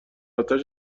آتش